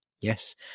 Yes